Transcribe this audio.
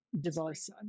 device